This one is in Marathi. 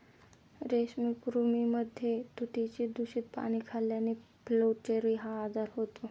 रेशमी कृमींमध्ये तुतीची दूषित पाने खाल्ल्याने फ्लेचेरी हा आजार होतो